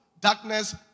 darkness